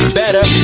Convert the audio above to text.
better